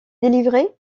délivrer